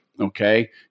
Okay